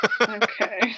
Okay